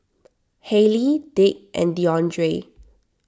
Haley Dick and Deondre